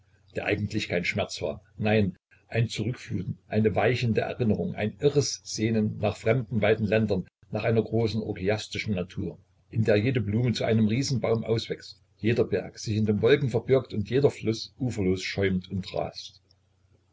der eigentlich kein schmerz war nein ein zurückfluten eine weichende erinnerung ein irres sehnen nach fremden weiten ländern nach einer großen orgiastischen natur in der jede blume zu einem riesenbaum auswächst jeder berg sich in den wolken verbirgt und jeder fluß uferlos schäumt und rast